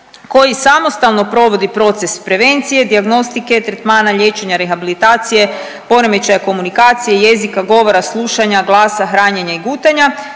koji samostalno provodi proces prevencije, dijagnostike, tretmana, liječenja, rehabilitacije, poremećaja komunikacije, jezika, govora, slušanja, glasa, hranjenja i gutanja,